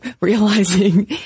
realizing